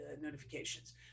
notifications